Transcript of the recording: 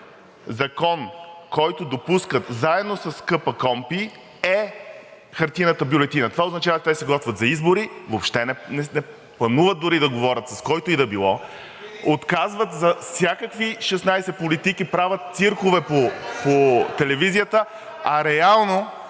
закон, който допускат, заедно с КПКОНПИ, е хартиената бюлетина. Това означава – те се готвят за избори, въобще не плануват дори да говорят с когото да било, отказват всякакви 16 политики, правят циркове по телевизията (реплики